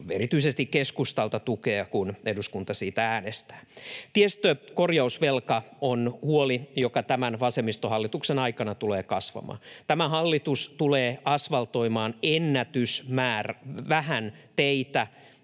erityisesti keskustalta tukea, kun eduskunta siitä äänestää. Tiestön korjausvelka on huoli, joka tämän vasemmistohallituksen aikana tulee kasvamaan. Tämä hallitus tulee asfaltoimaan ennätysvähän teitä,